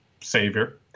savior